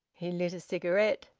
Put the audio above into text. he lit a cigarette.